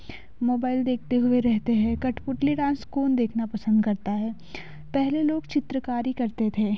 mobile देखते हुए रहते हैं कठपुतली डांस कौन देखना पसंद करता है पहले लोग चित्रकारी करते थे